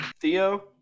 theo